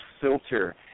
Filter